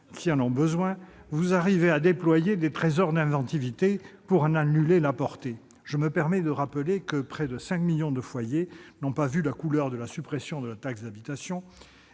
qui en ont besoin, vous déployez des trésors d'inventivité pour en annuler la portée. Je me permets de rappeler que près de 5 millions de foyers n'ont pas vu la couleur de la suppression de la taxe d'habitation